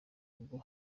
rwo